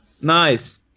Nice